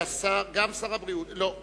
סגן שר הבריאות יעקב ליצמן.